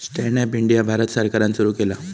stand up India Bharat सरकारान सुरू केला